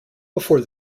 before